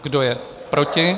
Kdo je proti?